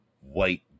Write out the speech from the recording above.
white